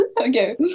Okay